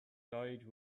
died